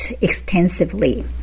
extensively